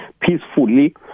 peacefully